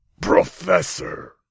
professor